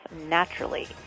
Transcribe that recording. naturally